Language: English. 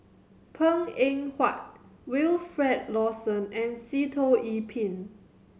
Png Eng Huat Wilfed Lawson and Sitoh Yih Pin